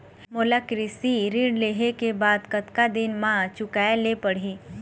मोला कृषि ऋण लेहे के बाद कतका दिन मा चुकाए ले पड़ही?